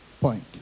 point